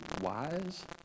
wise